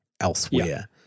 elsewhere